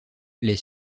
les